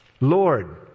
Lord